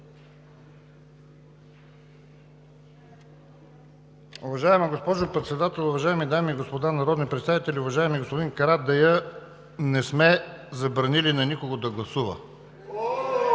Уважаема госпожо Председател, уважаеми дами и господа народни представители! Уважаеми господин Карадайъ, не сме забранили на никого да гласува.